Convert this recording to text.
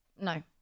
No